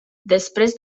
després